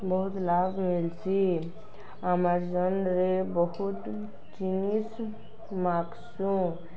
ବହୁତ୍ ଲାଭ୍ ମିଲ୍ସି ଆମାଜନ୍ରେ ବହୁତ ଜିନିଷ୍ ମାଗ୍ସୁ